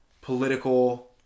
political